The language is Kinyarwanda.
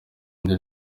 ndi